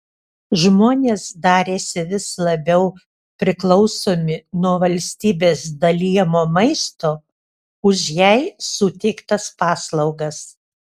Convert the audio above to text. žmonės darėsi vis labiau priklausomi nuo valstybės dalijamo maisto už jai suteiktas paslaugas